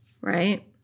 Right